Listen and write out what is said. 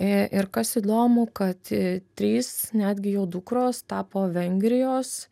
ir kas įdomu kad trys netgi jau dukros tapo vengrijos